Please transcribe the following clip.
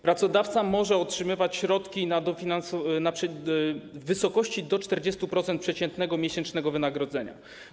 Pracodawca może otrzymywać środki w wysokości do 40% przeciętnego miesięcznego wynagrodzenia.